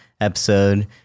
episode